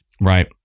Right